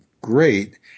great